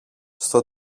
στο